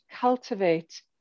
cultivate